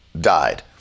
died